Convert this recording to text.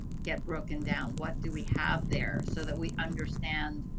get broken down what do we have there so that we understand.